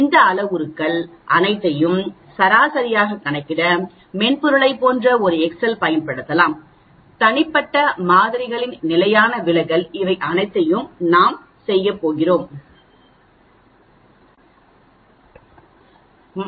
இந்த அளவுருக்கள் அனைத்தையும் சராசரியாகக் கணக்கிட மென்பொருளைப் போன்ற ஒரு எக்செல் பயன்படுத்தலாம் தனிப்பட்ட மாதிரிகளின் நிலையான விலகல் இவை அனைத்தையும் நாம் செய்யப் போகிறோம்